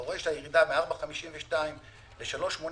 אתה רואה שהירידה מ-4.52% ל-3.82%,